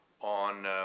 On